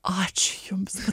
ačiū jums